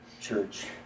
church